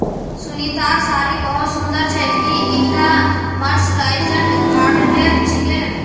सुनीतार साड़ी बहुत सुंदर छेक, की ईटा मर्सराइज्ड कॉटनेर छिके